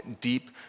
deep